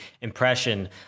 impression